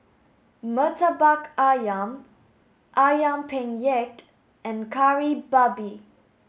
Murtabak Ayam Ayam Penyet and Kari Babi